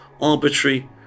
arbitrary